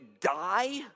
die